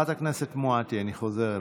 חברת הכנסת מואטי, אני חוזר אלייך.